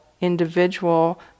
individual